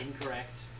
Incorrect